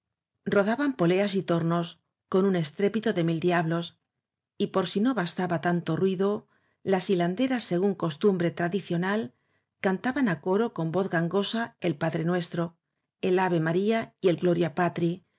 rodaban poleas y tornos con un estrépito de mil diablos y por si no bastaba tanto ruido las hilanderas según o costumbre tradicional j cantaban á coro con voz gangosa el padre nuestro el ave ma ría y el gloria patri